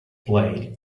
blade